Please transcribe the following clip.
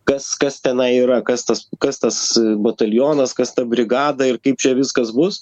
kas kas tenai yra kas tas kas tas batalionas kas ta brigada ir kaip čia viskas bus